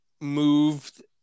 moved